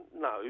No